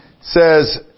says